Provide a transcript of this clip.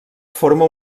forma